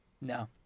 no